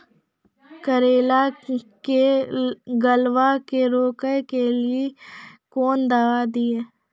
करेला के गलवा के रोकने के लिए ली कौन दवा दिया?